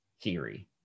Theory